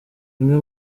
bimwe